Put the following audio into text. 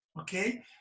okay